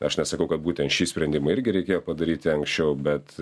aš nesakau kad būtent šį sprendimą irgi reikėjo padaryti anksčiau bet